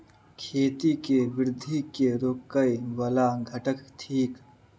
खेती केँ वृद्धि केँ रोकय वला घटक थिक?